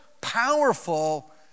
powerful